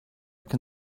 can